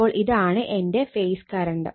അപ്പോൾ ഇതാണ് എന്റെ ഫേസ് കറണ്ട്